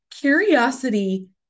curiosity